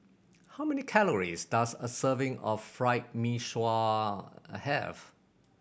how many calories does a serving of Fried Mee Sua a have